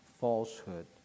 falsehood